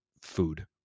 food